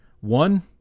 one